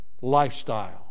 lifestyle